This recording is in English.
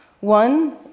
One